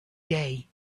day